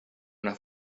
una